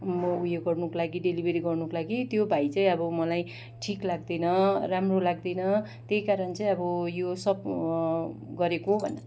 म उयो गर्नुको लागि डेलिभरी गर्नुको लागि त्यो भाइ चाहिँ अब मलाई ठिक लाग्दैन राम्रो लाग्दैन त्यही कारण चाहिँ अब यो सब गरेको